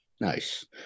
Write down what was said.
Nice